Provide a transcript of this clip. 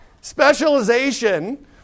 Specialization